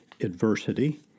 adversity